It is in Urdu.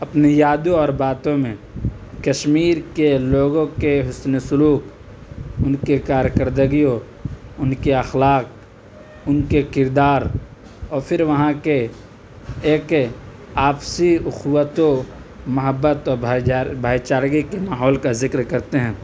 اپنی یادوں اور باتوں میں کشمیر کے لوگوں کے حسنِ سلوک ان کے کارکردگیوں ان کے اخلاق ان کے کردار اور پھر وہاں کے یہ ہے کہ آپسی اخوت و محبت اور بھائی بھائی چارگی کے ماحول کا ذکر کرتے ہیں